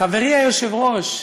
חברי היושב-ראש,